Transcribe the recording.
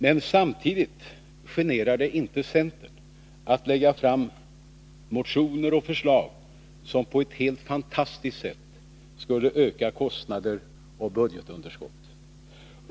Men det generar inte centern att samtidigt lägga fram motioner och förslag som på ett helt fantastiskt sätt skulle öka kostnader och budgetunderskott.